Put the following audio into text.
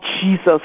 Jesus